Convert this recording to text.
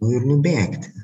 ir nubėgti